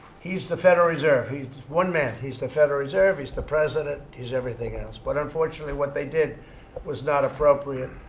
he's the federal reserve. he's one man. he's the federal reserve. he's the president. he's everything else. but, unfortunately, what they did was not appropriate.